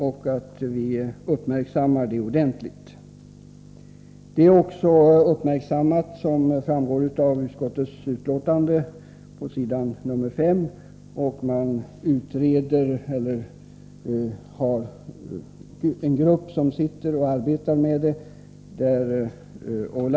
Detta har också uppmärksammats, vilket framgår av utskottsbetänkandet på s. 5. Det har tillsatts en grupp som arbetar med frågan.